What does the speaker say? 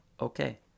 Okay